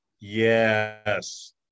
yes